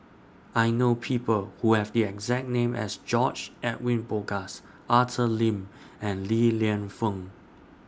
I know People Who Have The exact name as George Edwin Bogaars Arthur Lim and Li Lienfung